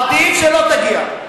עדיף שלא תגיע.